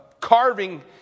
carving